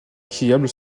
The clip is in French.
skiable